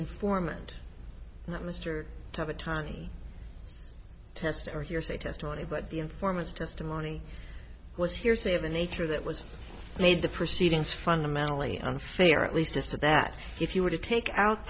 informant mr rove attorney test or hearsay testimony but the informant testimony was hearsay of a nature that was made the proceedings fundamentally unfair at least as to that if you were to take out